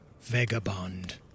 vagabond